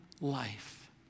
life